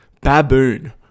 baboon